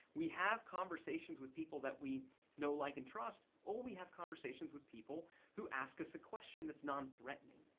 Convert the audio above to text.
we have conversations with people that we know, like and trust or we have conversations with people who ask us a question that's nonthreatening.